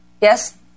yes